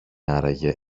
άραγε